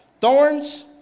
thorns